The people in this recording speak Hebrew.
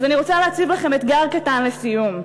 אז אני רוצה להציב לכם אתגר קטן לסיום,